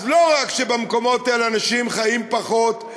אז לא רק שבמקומות האלה אנשים חיים פחות,